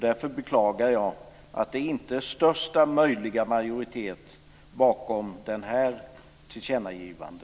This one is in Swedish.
Därför beklagar jag att det inte är största möjliga majoritet bakom detta tillkännagivande.